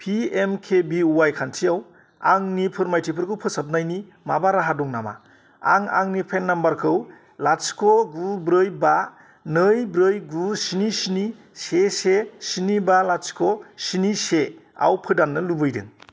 P M K B Y खाथियाव आंनि फोरमायथिफोरखौ फोसाबनायनि माबा राहा दं नामा आं आंनि पेन नाम्बारखौ लाथिख' गु ब्रै बा नै ब्रै गु स्नि स्नि से से स्नि बा लाथिख' स्नि से आव फोदाननो लुबैदों